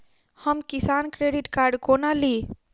हम किसान credit card कोना ली?